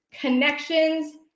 connections